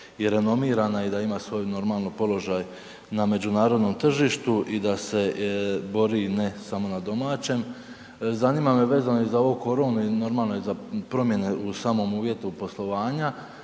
i renomirana i da ima svoj normalno, položaj na međunarodnom tržištu i da se bori ne samo na domaćem, zanima me vezano i za ovu koronu i normalno i za promjene u samom uvjetu poslovanja,